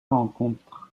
rencontrent